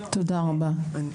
תודה רבה.